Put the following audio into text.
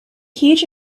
huge